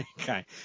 Okay